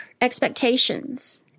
expectations